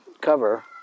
cover